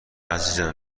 عزیزم